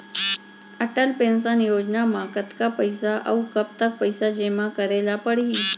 Atal pension Yojana म कतका पइसा, अऊ कब तक पइसा जेमा करे ल परही?